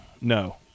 no